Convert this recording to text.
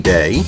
Day